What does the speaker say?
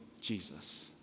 Jesus